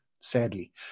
sadly